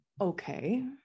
okay